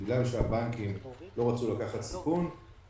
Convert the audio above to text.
בגלל שהבנקים לא רצו לקחת סיכון,